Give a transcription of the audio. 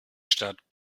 stadt